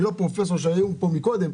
אני לא פרופסור כמו אלה שהיו פה קודם,